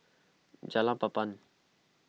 Jalan Papan